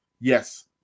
yes